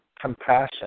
compassion